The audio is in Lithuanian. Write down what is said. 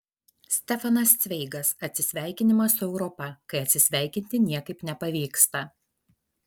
stefanas cveigas atsisveikinimas su europa kai atsisveikinti niekaip nepavyksta